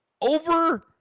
over